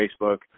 Facebook